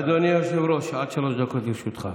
אדוני היושב-ראש, עד שלוש דקות לרשותך.